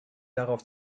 darauf